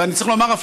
ואני צריך לומר,